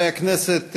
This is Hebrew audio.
ברשות יושב-ראש הכנסת,